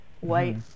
white